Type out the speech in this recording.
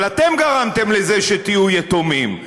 אבל אתם גרמתם לזה שתהיו יתומים,